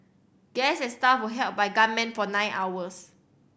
guests and staff were held by gunmen for nine hours